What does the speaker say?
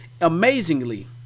Amazingly